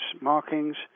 markings